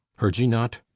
heard ye not?